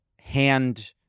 hand